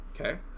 Okay